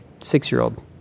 six-year-old